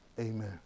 amen